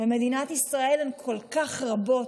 במדינת ישראל הן כל כך רבות,